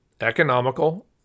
economical